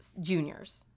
juniors